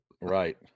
right